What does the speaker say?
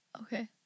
Okay